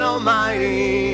Almighty